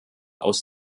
aus